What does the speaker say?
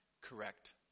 correct